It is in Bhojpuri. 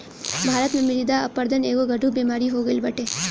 भारत में मृदा अपरदन एगो गढ़ु बेमारी हो गईल बाटे